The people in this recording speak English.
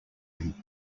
him